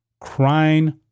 crying